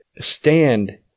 stand